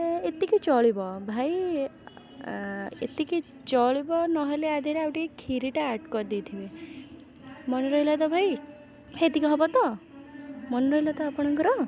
ହଁ ଏତିକି ଚଳିବ ଭାଇ ଏତିକି ଚଳିବ ନହେଲେ ଆଦେହରେ ଖିରିଟା ଆଡ଼୍ କରିଦେଇଥିବେ ମନେ ରହିଲାତ ଭାଇ ଏତିକି ହେବ ତ ମନେ ରହିଲା ତ ଆପଣଙ୍କର